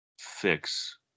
fix